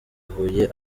huye